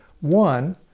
One